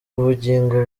ubugingo